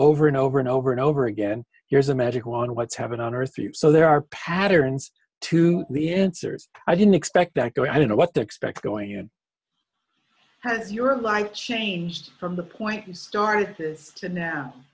over and over and over and over again here's a magic wand what's happening on earth for you so there are patterns to the answers i didn't expect that go i don't know what the expect going in has your life changed from the point you started to now